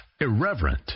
irreverent